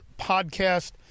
podcast